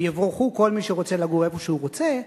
ויבורכו כל מי שרוצה לגור איפה שהוא רוצה,